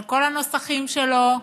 על כל הנוסחים שלו,